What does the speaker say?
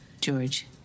George